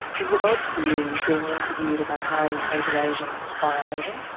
is it odd for you being interviewed about how you hated asians by an asian?